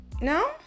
No